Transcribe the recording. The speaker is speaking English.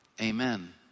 Amen